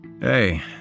Hey